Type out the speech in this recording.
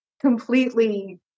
completely